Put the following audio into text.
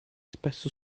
spesso